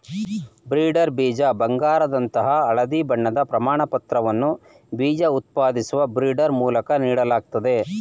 breeder ಬೀಜ ಬಂಗಾರದಂತಹ ಹಳದಿ ಬಣ್ಣದ ಪ್ರಮಾಣಪತ್ರವನ್ನ ಬೀಜ ಉತ್ಪಾದಿಸುವ ಬ್ರೀಡರ್ ಮೂಲಕ ನೀಡಲಾಗ್ತದೆ